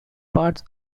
parts